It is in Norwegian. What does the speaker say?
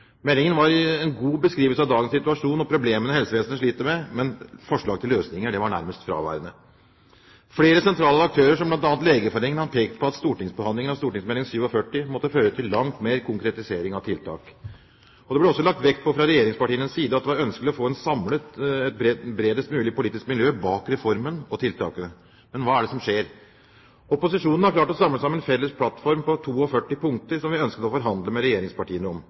Meldingen ga en god beskrivelse av dagens situasjon og de problemene helsevesenet sliter med, men forslag til løsninger var nærmest fraværende. Flere sentrale aktører, som bl.a. Legeforeningen, har pekt på at stortingsbehandlingen av St.meld. nr. 47 måtte føre til langt mer konkretisering av tiltak. Det ble også lagt vekt på fra regjeringspartienes side at det var ønskelig å få samlet et bredest mulig politisk miljø bak reformen og tiltakene. Men hva er det som skjer? Opposisjonen har klart å samle seg om en felles plattform på 42 punkter, som vi ønsket å forhandle med regjeringspartiene om.